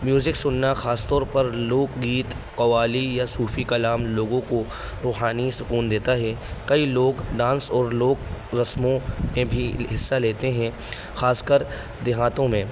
music سننا خاص طور پر لوک گیت قوالی یا صوفی کلام لوگوں کو روحانی سکون دیتا ہے کئی لوگ ڈانس اور لوک رسموں میں بھی حصہ لیتے ہیں خاص کر دیہاتوں میں